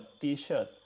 t-shirt